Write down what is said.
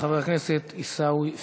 חבר הכנסת עיסאווי פריג',